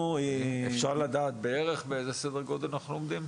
אפשר לדעת בערך באיזה סדר גודל אנחנו עומדים?